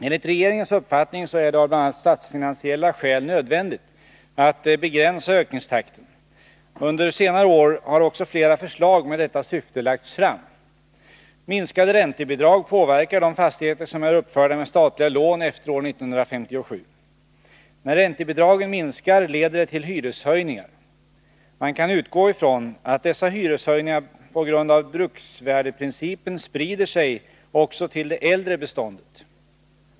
Enligt regeringens uppfattning är det av bl.a. statsfinansiella skäl nödvändigt att begränsa ökningstakten. Under senare år har också flera förslag med detta syfte lagts fram. Minskade räntebidrag påverkar de fastigheter som är uppförda med statliga lån efter år 1957. När räntebidragen minskar, leder det till hyreshöjningar. Man kan utgå ifrån att dessa hyreshöjningar på grund av bruksvärdesprincipen sprider sig också till det äldre beståndet.